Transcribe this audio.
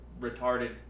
retarded